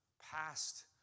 past